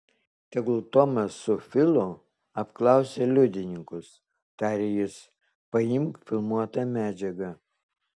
tegul tomas su filu apklausia liudininkus tarė jis paimk filmuotą medžiagą